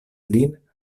lin